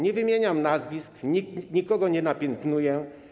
Nie wymieniam nazwisk, nikogo nie napiętnuję.